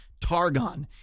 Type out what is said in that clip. Targon